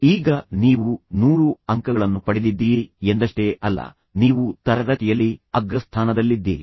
ಈಗ ನೀವು 100 ಅಂಕಗಳನ್ನು ಪಡೆದಿದ್ದೀರಿ ಎಂದಷ್ಟೇ ಅಲ್ಲ ನೀವು ತರಗತಿಯಲ್ಲಿ ಅಗ್ರಸ್ಥಾನದಲ್ಲಿದ್ದೀರಿ